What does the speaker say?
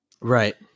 Right